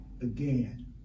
again